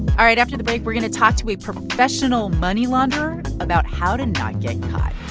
all right. after the break, we're going to talk to a professional money launderer about how to not get